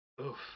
oof